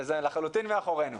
וזה לחלוטין מאחורינו.